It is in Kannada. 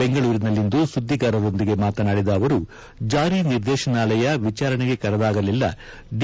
ಬೆಂಗಳೂರಿನಲ್ಲಿಂದು ಸುದ್ದಿಗಾರರೊಂದಿಗೆ ಮಾತನಾಡಿದ ಅವರು ಜಾರಿ ನಿರ್ದೇಶನಾಲಯ ವಿಚಾರಣೆಗೆ ಕರೆದಾಗಲೆಲ್ಲ ಡಿ